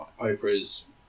Oprah's